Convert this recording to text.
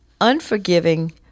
unforgiving